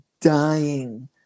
dying